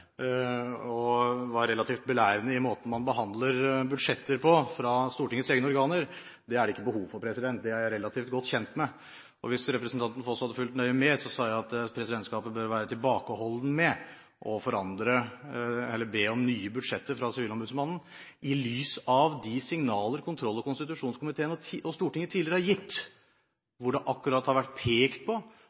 og var relativt belærende i måten han forklarte hvordan man behandler budsjetter fra Stortingets egne organer på. Det er det ikke behov for. Det er jeg relativt godt kjent med, og hvis representanten Foss hadde fulgt nøye med, sa jeg at presidentskapet bør være tilbakeholden med å be om nye budsjetter fra sivilombudsmannen, i lys av de signaler kontroll- og konstitusjonskomiteen og Stortinget tidligere har gitt, hvor det akkurat har vært pekt på